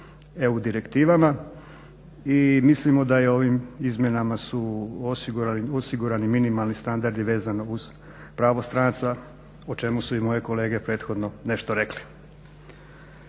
EU direktivama i mislimo da su ovim izmjenama osigurani minimalni standardi vezano uz pravo stranaca o čemu su i moje kolege prethodno nešto rekli.